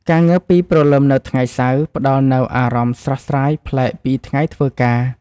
ការងើបពីព្រលឹមនៅថ្ងៃសៅរ៍ផ្ដល់នូវអារម្មណ៍ស្រស់ស្រាយប្លែកពីថ្ងៃធ្វើការ។